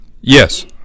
Yes